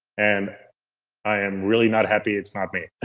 and i am really not happy it's not me.